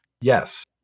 Yes